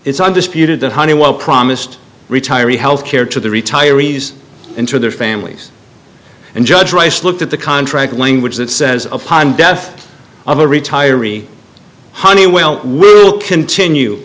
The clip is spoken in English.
it's undisputed that honeywell promised retiree health care to the retirees and to their families and judge rice looked at the contract language that says upon death of a retiree honeywell will continue